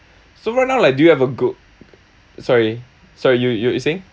so right now like do you have a gir~ sorry sorry you you were saying